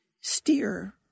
steer